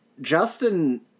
Justin